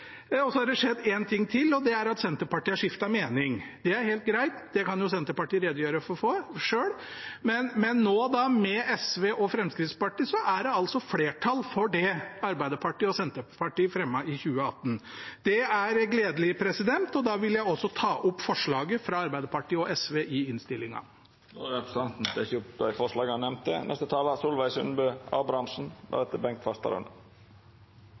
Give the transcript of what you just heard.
Så har det skjedd en ting til, og det er at Senterpartiet har skiftet mening. Det er helt greit, det kan Senterpartiet redegjøre for selv, men nå, med SV og Fremskrittspartiet, er det altså flertall for det Arbeiderpartiet og Senterpartiet fremmet i 2018. Det er gledelig, og da vil jeg også ta opp forslaget fra Arbeiderpartiet og SV i innstillingen. Representanten Sverre Myrli har teke opp det forslaget han